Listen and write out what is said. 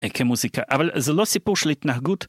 איכה מוזיקה אבל זה לא סיפור של התנהגות